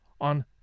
on